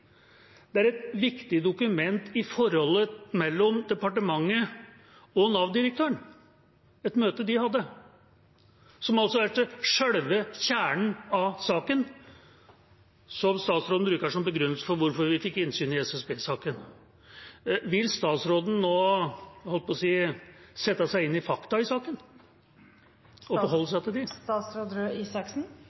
er et viktig dokument i forholdet mellom departementet og Nav-direktøren – et møte de hadde – som går til selve kjernen av saken, og som statsråden bruker som begrunnelse for hvorfor vi fikk innsyn i SSB-saken. Vil statsråden nå – jeg holdt på å si – sette seg inn i fakta i saken og forholde seg til